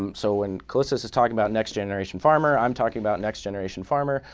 um so when calestous is talking about next generation farmer, i'm talking about next generation farmer.